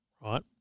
right